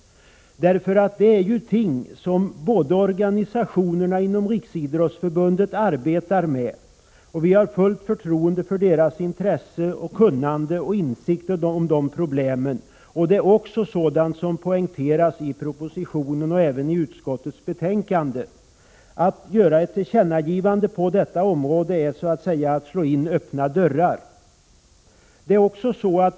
Det är ju ting som organisationerna inom Riksidrottsförbundet arbetar med, och vi har fullt förtroende för deras intresse, kunnande och insikt om problemen. Detta poängteras i propositionen lika väl som i utskottets betänkande. Att göra ett tillkännagivande på detta område är så att säga att slå in öppna dörrar.